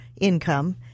income